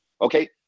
Okay